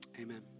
amen